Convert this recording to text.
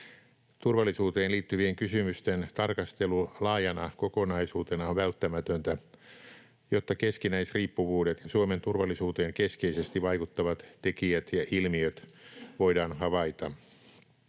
Turvallisuuteen liittyvien kysymysten tarkastelu laajana kokonaisuutena on välttämätöntä, jotta keskinäisriippuvuudet ja Suomen turvallisuuteen keskeisesti vaikuttavat tekijät ja ilmiöt voidaan havaita.